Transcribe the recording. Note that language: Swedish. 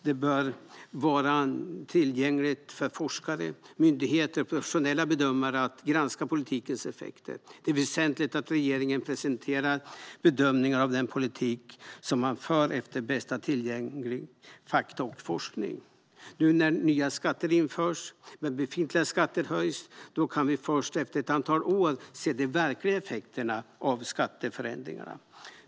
Det bör vara tillgängligt för forskare, myndigheter och professionella bedömare att granska politikens effekter. Det är väsentligt att regeringen i enlighet med bästa tillgängliga fakta och forskning presenterar bedömningar av den politik som man för. Nu införs nya skatter, och befintliga skatter höjs, men det är först efter ett antal år som vi kan se de verkliga effekterna av skatteförändringarna.